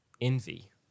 envy